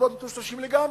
הגבולות מטושטשים לגמרי.